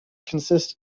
consists